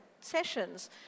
sessions